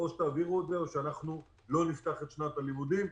או שתעבירו את זה או שאנחנו לא נפתח את שנת הלימודים.